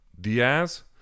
Diaz